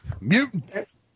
Mutants